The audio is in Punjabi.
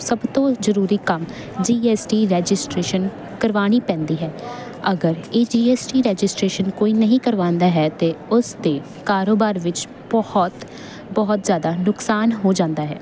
ਸਭ ਤੋਂ ਜਰੂਰੀ ਕੰਮ ਜੀ ਐਸ ਟੀ ਰਜਿਸਟਰੇਸ਼ਨ ਕਰਵਾਣੀ ਪੈਂਦੀ ਹੈ ਅਗਰ ਇਹ ਜੀ ਐਸ ਟੀ ਰਜਿਸਟਰੇਸ਼ਨ ਕੋਈ ਨਹੀਂ ਕਰਵਾਉਂਦਾ ਹੈ ਤੇ ਉਸ ਦੇ ਕਾਰੋਬਾਰ ਵਿੱਚ ਬਹੁਤ ਬਹੁਤ ਜਿਆਦਾ ਨੁਕਸਾਨ ਹੋ ਜਾਂਦਾ ਹੈ